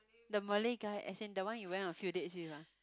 the Malay guy as in the one you went on a few dates with ah